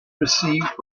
received